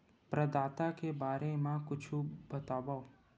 प्रदाता के बारे मा कुछु बतावव?